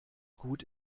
gut